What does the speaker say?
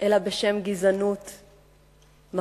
אלא בשם גזענות מחרידה.